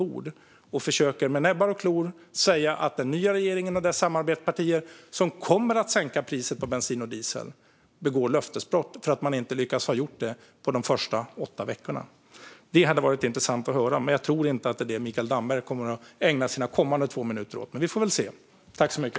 Och man försöker med näbbar och klor säga att den nya regeringen och dess samarbetspartier, som kommer att sänka priset på bensin och diesel, begår löftesbrott för att de inte har lyckats göra detta under de första åtta veckorna. Det hade varit intressant att höra om detta, men jag tror inte att det är det Mikael Damberg kommer att ägna sina kommande två minuter åt. Vi får väl se.